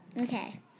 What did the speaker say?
Okay